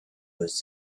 was